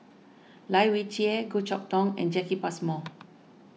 Lai Weijie Goh Chok Tong and Jacki Passmore